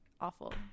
Awful